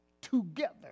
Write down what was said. together